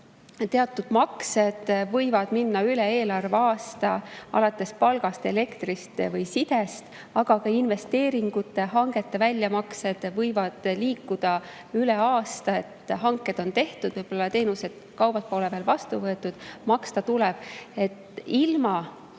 teatud maksed võivad minna üle eelarveaasta, alates palgast, elektrist või sidest, aga ka investeeringute, hangete väljamaksed võivad liikuda üle aasta. Hanked on tehtud, võib-olla teenused, kaubad pole veel vastu võetud, maksta tuleb. Ilma